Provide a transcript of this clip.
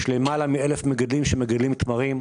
יש יותר מ-1,000 מגדלים שמגדלים תמרים.